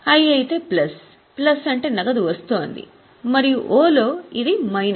I అయితే plus plus అంటే నగదు వస్తోంది మరియు O లో ఇది మైనస్